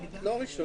החדש (הוראת שעה) (הגבלת פעילות והוראות נוספות)